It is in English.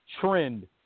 trend